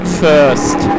first